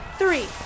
three